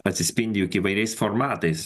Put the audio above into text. atsispindi juk įvairiais formatais